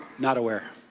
not aware.